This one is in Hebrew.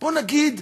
בוא נגיד,